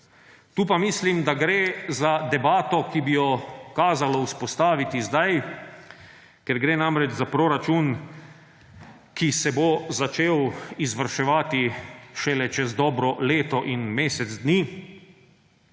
Tu pa mislim, da gre za debato, ki bi jo kazalo vzpostaviti zdaj, ker gre namreč za proračun, ki se bo začel izvrševati šele čez dobro leto in mesec dni,